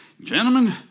gentlemen